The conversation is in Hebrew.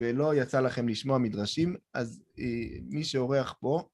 ולא יצא לכם לשמוע מדרשים, אז מי שאורח פה...